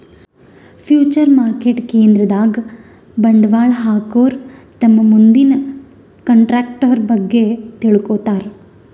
future market ಕೇಂದ್ರದಾಗ್ ಬಂಡವಾಳ್ ಹಾಕೋರು ತಮ್ ಮುಂದಿನ ಕಂಟ್ರಾಕ್ಟರ್ ಬಗ್ಗೆ ತಿಳ್ಕೋತಾರ್